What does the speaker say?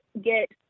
get